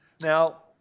Now